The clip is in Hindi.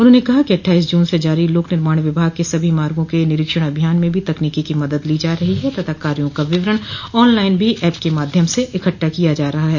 उन्होंने कहा कि अट्ठाईस जून से जारी लोक निर्माण विभाग के सभी मार्गो के निरीक्षण अभियान में भी तकनीक की मदद ली जा रही है तथा कार्यो का विवरण ऑन लाइन भी ऐप के माध्यम से इकट्ठा किया जा रहा है